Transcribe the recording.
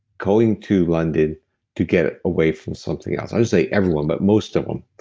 going to london to get away from something else. i'll just say everyone, but most of them,